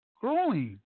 growing